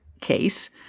case